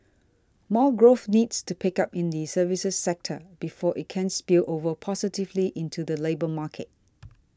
more growth needs to pick up in the services sector before it can spill over positively into the labour market